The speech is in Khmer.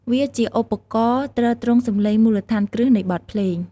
វាជាឧបករណ៍ទ្រទ្រង់សំឡេងមូលដ្ឋានគ្រឹះនៃបទភ្លេង។